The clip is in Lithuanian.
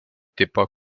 tipo